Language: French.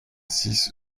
six